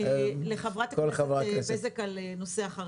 אני רוצה לענות לחברת הכנסת בזק בנושא החרדים.